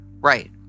Right